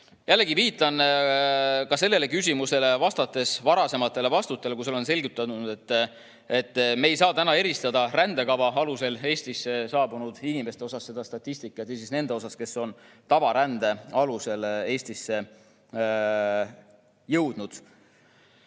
Jällegi viitan ka sellele küsimusele vastates varasematele vastustele, kui olen selgitanud, et me ei saa täna eristada rändekava alusel Eestisse saabunud inimeste statistikat nende omast, kes on tavarände alusel Eestisse jõudnud.